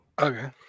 okay